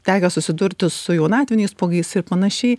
tekę susidurti su jaunatviniais spuogais ir panašiai